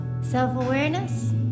self-awareness